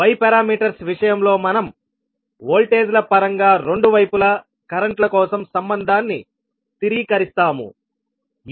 Y parameters విషయంలో మనం వోల్టేజ్ల పరంగా రెండు వైపులా కరెంట్ ల కోసం సంబంధాన్ని స్థిరీకరిస్తాము